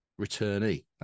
returnee